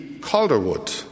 Calderwood